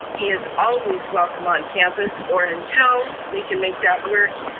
he is always welcome on campus or until we can make that work,